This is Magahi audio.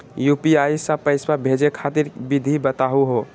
यू.पी.आई स पैसा भेजै खातिर विधि बताहु हो?